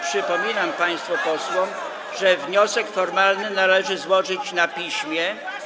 Przypominam państwu posłom, że wniosek formalny należy złożyć na piśmie.